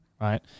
Right